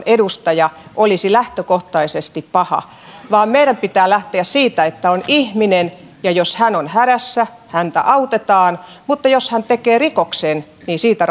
edustaja olisi lähtökohtaisesti paha vaan meidän pitää lähteä siitä että on ihminen ja jos hän on hädässä häntä autetaan mutta jos hän tekee rikoksen niin siitä